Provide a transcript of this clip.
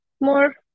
more